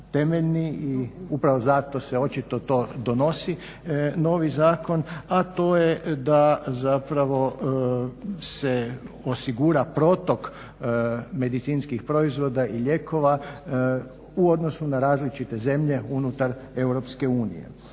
i upravo zato se očito to donosi novi zakon, a to je da zapravo se osigura protok medicinskih proizvoda i lijekova u odnosu na različite zemlje unutar EU. Zakon se